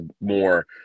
more –